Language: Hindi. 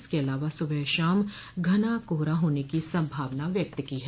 इसके अलावा सुबह शाम घना कोहरा होने की संभावना व्यक्त की है